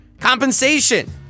Compensation